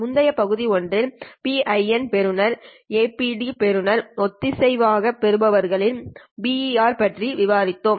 முந்தைய பகுதிகளில் ஒன்றில் PIN பெறுபவர் APD பெறுபவர் ஒத்திசைவான பெறுபவர்களின் BER பற்றி விவாதித்தோம்